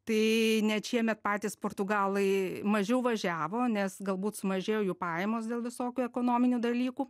tai net šiemet patys portugalai mažiau važiavo nes galbūt sumažėjo jų pajamos dėl visokių ekonominių dalykų